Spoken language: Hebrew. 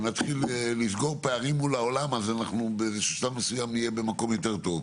נתחיל לסגור פערים מול העולם אז בשלב מסוים נהיה במקום יותר טוב.